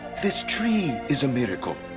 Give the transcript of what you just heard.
this tree is a miracle,